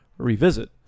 revisit